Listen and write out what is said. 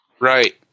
Right